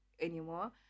anymore